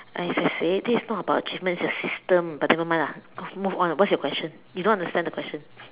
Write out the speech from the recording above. as I said this not about achievement it's a system but nevermind lah move on lah what's your question you don't understand the question